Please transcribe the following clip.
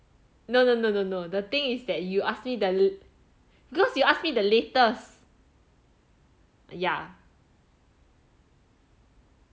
no no no no no the thing is that you ask me the because you ask me the latest yeah